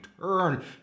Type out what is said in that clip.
turn